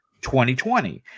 2020